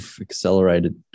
accelerated